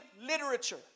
literature